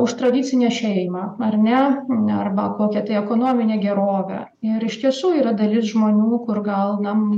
už tradicinę šeimą ar ne arba kokią tai ekonominę gerovę ir iš tiesų yra dalis žmonių kur gal na